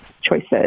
choices